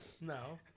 No